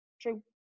true